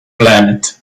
planet